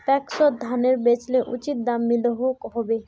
पैक्सोत धानेर बेचले उचित दाम मिलोहो होबे?